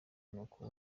nuko